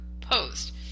Post